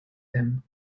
them